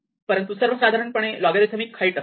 परंतु सर्वसाधारणपणे logarithmic height असेल